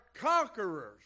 conquerors